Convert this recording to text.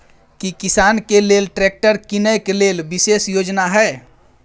की किसान के लेल ट्रैक्टर कीनय के लेल विशेष योजना हय?